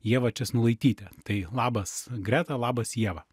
ieva česnulaitytė tai labas greta labas ieva